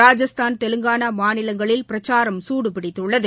ராஜஸ்தான் தெலங்கானா மாநிலங்களில் பிரச்சாரம் சூடுபிடித்துள்ளது